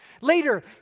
Later